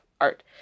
art